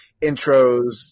intros